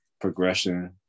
progression